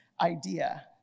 idea